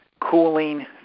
cooling